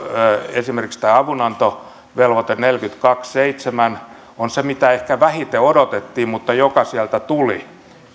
esimerkiksi tämä avunantovelvoite neljäkymmentäkaksi piste seitsemän on se mitä ehkä vähiten odotettiin mutta se sieltä tuli